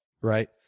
Right